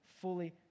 fully